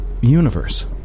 universe